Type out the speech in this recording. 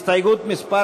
הסתייגות מס'